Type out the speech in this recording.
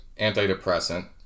antidepressant